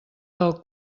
del